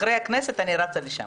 אחרי הישיבה הזאת אני רצה לשם.